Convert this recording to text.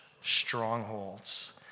strongholds